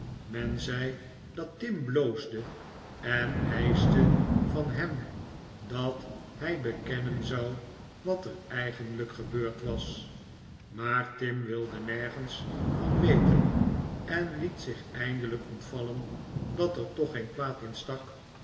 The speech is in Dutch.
men zei dat tim bloosde en eischte van hem dat hij bekennen zou wat er eigenlijk gebeurd was maar tim wilde nergens van weten en'liet zich eindelijk ontvallen dat er toch geen kwaad in stak